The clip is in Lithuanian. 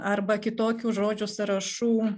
arba kitokių žodžių sąrašų